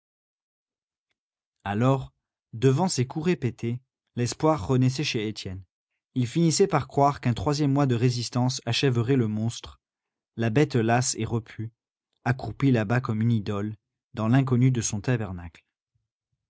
alors devant ces coups répétés l'espoir renaissait chez étienne il finissait par croire qu'un troisième mois de résistance achèverait le monstre la bête lasse et repue accroupie là-bas comme une idole dans l'inconnu de son tabernacle